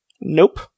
Nope